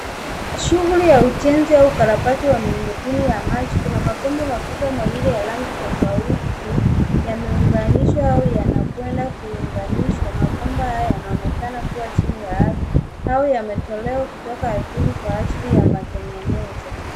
Shughuli ya ujenzi au ukarabati wa miundo mbinu ya maji. Kuna mabomba makubwa mawili ya rangi tofauti yameunganishwa au yanakwenda kuunganishwa. Mabomba haya yanaonekana kuwa chini ya ardhi au yametolewa kutoka ardhini kwa ajili ya matengenezo.